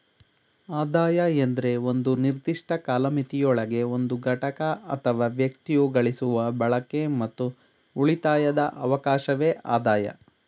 ಆದಾಯ ಎಂದ್ರೆ ಒಂದು ನಿರ್ದಿಷ್ಟ ಕಾಲಮಿತಿಯೊಳಗೆ ಒಂದು ಘಟಕ ಅಥವಾ ವ್ಯಕ್ತಿಯು ಗಳಿಸುವ ಬಳಕೆ ಮತ್ತು ಉಳಿತಾಯದ ಅವಕಾಶವೆ ಆದಾಯ